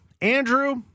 Andrew